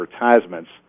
advertisements